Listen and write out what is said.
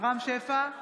רם שפע,